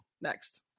next